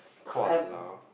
!walao!